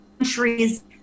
countries